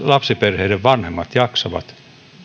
lapsiperheiden vanhemmat jaksavat